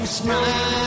smile